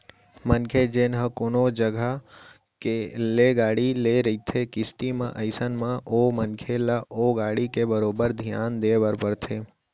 मनखे जेन ह कोनो जघा ले गाड़ी ले रहिथे किस्ती म अइसन म ओ मनखे ल ओ गाड़ी के बरोबर धियान देय बर परथे